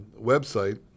website